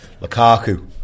Lukaku